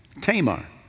Tamar